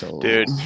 Dude